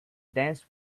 dance